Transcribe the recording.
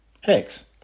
Hex